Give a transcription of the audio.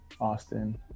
Austin